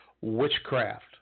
witchcraft